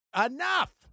Enough